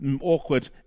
awkward